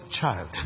child